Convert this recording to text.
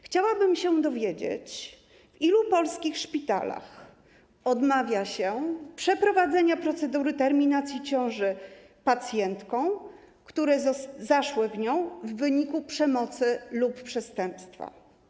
Chciałabym się dowiedzieć, w ilu polskich szpitalach odmawia się przeprowadzenia procedury terminacji ciąży pacjentkom, które zaszły w nią w wyniku przemocy lub przestępstwa.